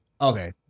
Okay